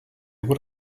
what